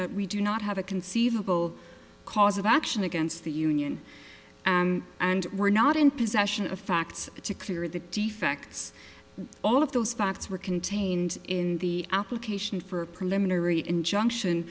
that we do not have a conceivable cause of action against the union and were not in possession of facts to clear the defects all of those facts were contained in the application for a preliminary injunction